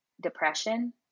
depression